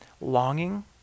longing